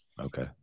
Okay